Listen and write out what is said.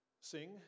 sing